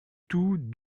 tout